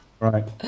Right